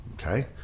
okay